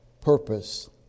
purpose